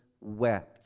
wept